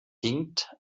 hinkt